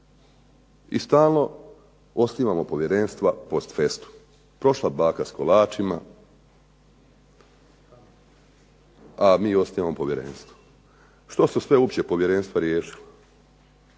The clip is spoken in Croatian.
I stalno osnivamo povjerenstva post festum, prošla baka s kolačima, a mi osnujemo povjerenstvo. Što su sve uopće povjerenstva riješila?